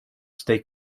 state